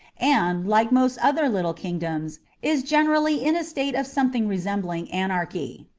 and, like most other little kingdoms, is generally in a state of something resembling anarchy.